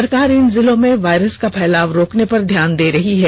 सरकार इन जिलों में वायरस का फैलाव रोकने पर ध्यान दे रही है